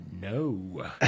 no